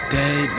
day